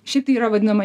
šiaip tai yra vadinama